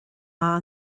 maith